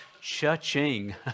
cha-ching